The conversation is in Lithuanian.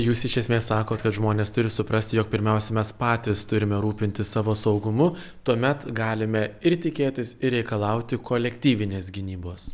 jūs iš esmės sakot kad žmonės turi suprast jog pirmiausia mes patys turime rūpintis savo saugumu tuomet galime ir tikėtis ir reikalauti kolektyvinės gynybos